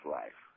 life